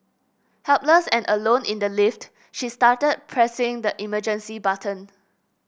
helpless and alone in the lift she started pressing the emergency button